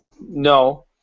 no